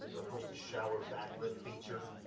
of course the shower backlit feature,